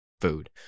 food